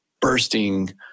bursting